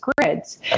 grids